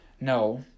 No